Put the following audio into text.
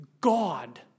God